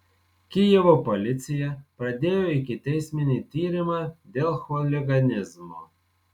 kijevo policija pradėjo ikiteisminį tyrimą dėl chuliganizmo